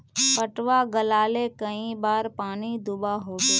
पटवा लगाले कई बार पानी दुबा होबे?